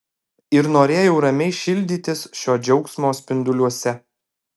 ir norėjau ramiai šildytis šio džiaugsmo spinduliuose